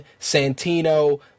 Santino